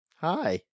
Hi